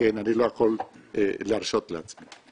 אני לא יכול להרשות לעצמי.